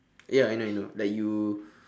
ya I know I know like you